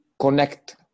connect